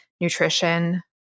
nutrition